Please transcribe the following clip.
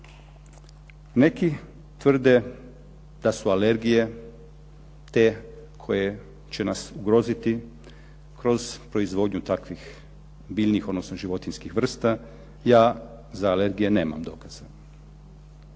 Neki tvrde da su alergije te koje će nas ugroziti kroz proizvodnju takvih biljnih, odnosno životinjskih vrsta. Ja za alergije nemam dokaza.